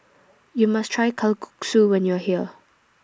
YOU must Try Kalguksu when YOU Are here